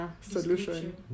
solution